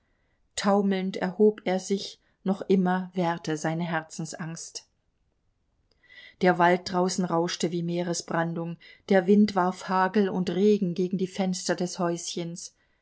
taumelnd erhob er sich noch immer währte seine herzensangst der wald draußen rauschte wie meeresbrandung der wind warf hagel und regen gegen die fenster des häuschens